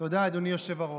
היושב-ראש.